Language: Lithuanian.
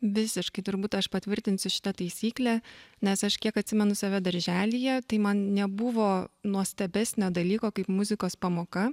visiškai turbūt aš patvirtinsiu šitą taisyklę nes aš kiek atsimenu save darželyje tai man nebuvo nuostabesnio dalyko kaip muzikos pamoka